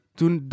toen